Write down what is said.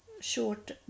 short